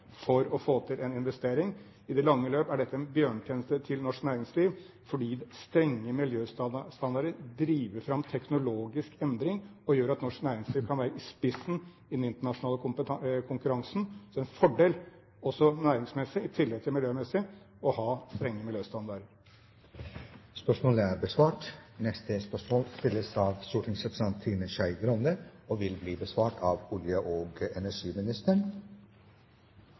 for å få til en investering. I det lange løp er dette en bjørnetjeneste overfor norsk næringsliv, fordi strenge miljøstandarder driver fram teknologisk endring og gjør at norsk næringsliv kan være i spissen i den internasjonale konkurransen. Så det er en fordel, også næringsmessig i tillegg til miljømessig, å ha strenge miljøstandarder. «I Klassekampen 8. januar kan vi lese at statsråden har uttalt at regjeringen ikke vil kable av estetiske hensyn, bare dersom det er nødvendig av